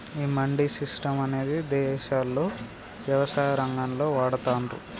ఈ మండీ సిస్టం అనేది ఇదేశాల్లో యవసాయ రంగంలో వాడతాన్రు